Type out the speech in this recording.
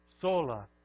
Sola